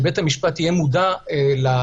שבית המשפט יהיה מודע למהות